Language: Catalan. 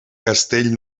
castell